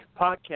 podcast